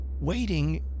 waiting